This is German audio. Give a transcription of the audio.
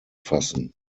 fassen